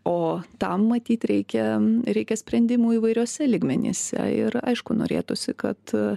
o tam matyt reikia reikia sprendimų įvairiuose lygmenyse ir aišku norėtųsi kad